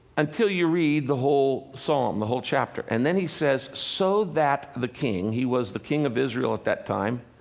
until you read the whole psalm, the whole chapter. and then he says, so that the king. he was the king of israel at that time,